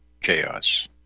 chaos